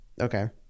Okay